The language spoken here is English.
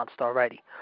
already